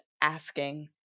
asking